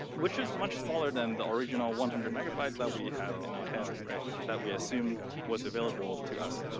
which is much smaller than the original one hundred like but that we have in our head, right? that we assumed was available to us,